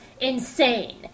insane